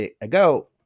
ago